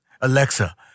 Alexa